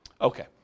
Okay